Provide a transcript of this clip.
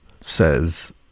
says